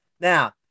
Now